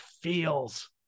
feels